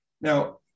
now